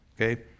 Okay